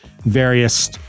various